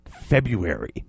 February